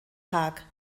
haag